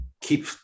keep